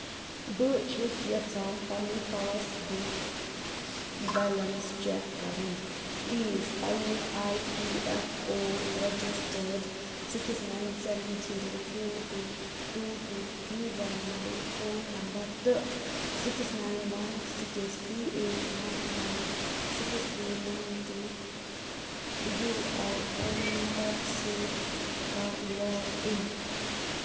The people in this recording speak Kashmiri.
بہٕ چھُس یژھان پنُن پاس بُک بیلنس چیک کرُن پُلیٖز پنٕنہِ I P F O registered six nine seven zero two two two two three one nine phone number تہٕ six nine one six three eight one nine six three nine two U I N number سۭتۍ کر لاگ اِن